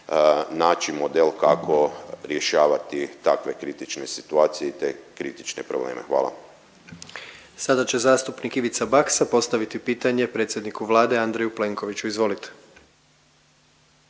naći model kako rješavati takve kritične situacije i te kritične probleme. Hvala. **Jandroković, Gordan (HDZ)** Sada će zastupnik Ivica Baksa postaviti pitanje predsjedniku Vlade Andreju Plenkoviću. Izvolite.